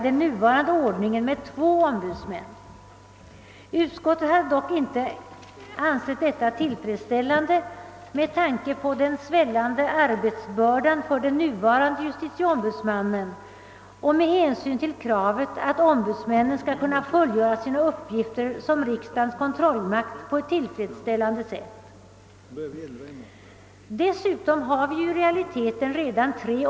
Det finns inte någon lagstiftning eller någon stadga som fastställer en regel om rekrytering efter anciennitet eller om att omval icke får lov att ske av en riksdagens revisor. Att konstitutionsutskottet ändå till.